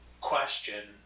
question